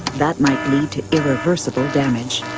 that might lead to irreversible damage.